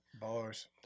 Bars